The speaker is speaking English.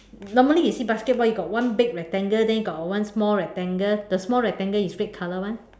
normally you see basketball you got one big rectangle then got one small rectangle the small rectangle is red color [one]